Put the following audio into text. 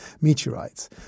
meteorites